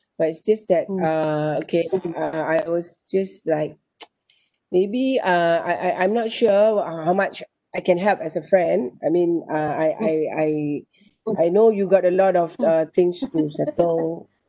but it's just that uh okay uh I I was just like maybe uh I I I'm not sure what how much I can help as a friend I mean uh I I I I know you got a lot of uh things to settle